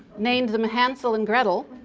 named them hansel and gretel,